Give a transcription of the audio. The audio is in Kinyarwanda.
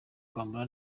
kwambara